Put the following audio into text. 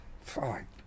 Fine